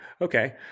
okay